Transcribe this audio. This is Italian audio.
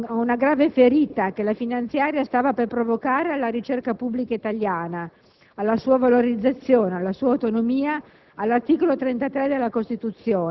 Esso, inoltre, avrebbe rimediato a una grave ferita che la finanziaria stava per provocare alla ricerca pubblica italiana, alla sua valorizzazione, alla sua autonomia,